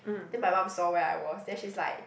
then my mum saw where I was then she's like